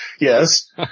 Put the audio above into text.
Yes